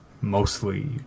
mostly